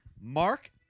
mark